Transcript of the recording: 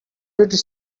did